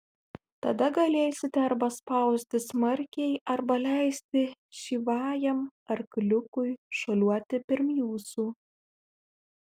tada galėsite arba spausti smarkiai arba leisti šyvajam arkliukui šuoliuoti pirm jūsų